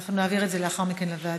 אנחנו נעביר את זה לאחר מכן לוועדה.